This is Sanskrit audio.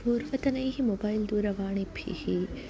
पूर्वतनैः मोबैल् दूरवाणीभिः